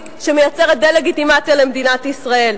שמייצגת דה-לגיטימציה של מדינת ישראל,